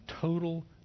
total